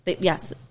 Yes